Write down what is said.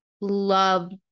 love